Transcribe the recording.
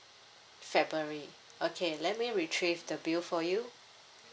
february okay let me retrieve the bill for you